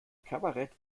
kabarett